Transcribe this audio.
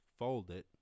Foldit